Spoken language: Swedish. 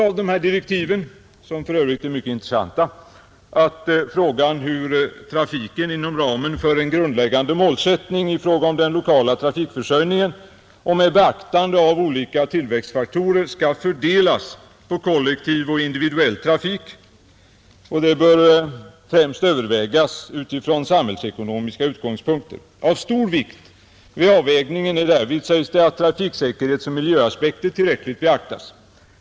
Av direktiven — som för övrigt är mycket intressanta — framgår också att frågan, hur trafiken — inom ramen för en grundläggande målsättning i fråga om den lokala trafikförsörjningen och med beaktande av olika tillväxtfaktorer — skall fördelas på kollektiv och individuell trafik, främst bör övervägas utifrån samhällsekonomiska utgångspunkter. Av stor vikt vid avvägningen är därvid, sägs det, att trafiksäkerhetsoch miljöaspekter tillräckligt beaktas.